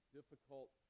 difficult